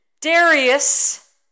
Darius